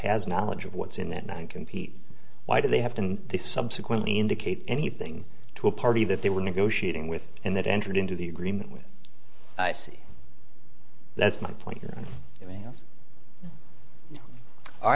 has knowledge of what's in that one compete why do they have to they subsequently indicate anything to a party that they were negotiating with and that entered into the agreement with i see that's my point